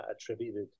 attributed